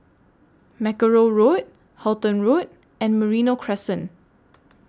Mackerrow Road Halton Road and Merino Crescent